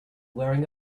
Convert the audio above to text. wearing